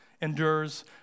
endures